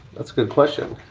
that's a good question.